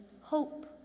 hope